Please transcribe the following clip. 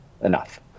enough